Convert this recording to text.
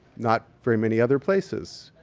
not very many other places.